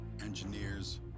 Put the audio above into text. engineers